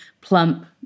plump